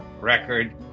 record